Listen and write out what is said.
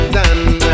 done